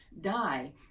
die